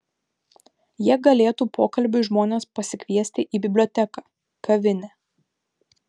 jie galėtų pokalbiui žmones pasikviesti į biblioteką kavinę